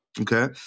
okay